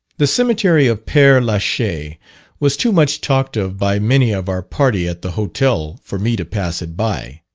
the cemetery of pere la chaise was too much talked of by many of our party at the hotel for me to pass it by,